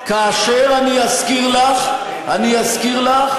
כאשר, אני אזכיר לך, אני אזכיר לך: